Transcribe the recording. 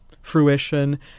fruition